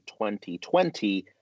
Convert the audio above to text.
2020